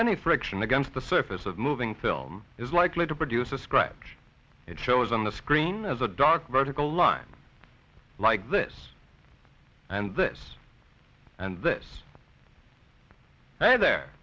friction against the surface of moving film is likely to produce a scratch it shows on the screen as a dark vertical line like this and this and this and there